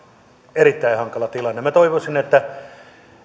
erittäin hankala tilanne minä toivoisin että